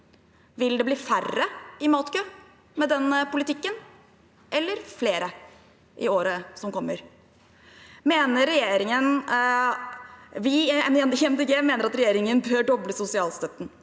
Vil det bli færre i matkø med denne politikken – eller flere – i året som kommer? Vi i Miljøpartiet De Grønne mener at regjeringen bør doble sosialstøtten.